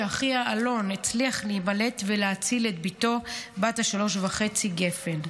שאחיה אלון הצליח להימלט ולהציל את בתו בת השלוש וחצי גפן.